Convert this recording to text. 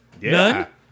None